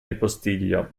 ripostiglio